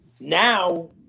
now